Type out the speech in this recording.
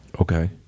Okay